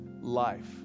life